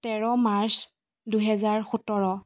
তেৰ মাৰ্চ দুহেজাৰ সোতৰ